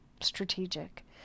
strategic